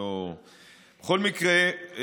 בכל מקרה,